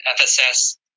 FSS